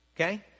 Okay